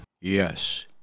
Yes